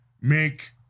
make